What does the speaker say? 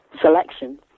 selection